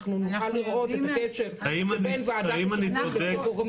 נוכל לראות את הקשר בין ועדת שחרורים לשחרור מינהלי.